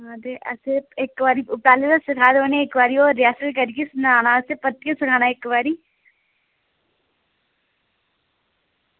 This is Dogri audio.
हां ते असैं इक बारी पैह्ले दा सखा दा उ'नें इक बारी और रिहर्सल करियै सनाना असैं परतियै सखाना इक बारी